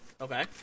Okay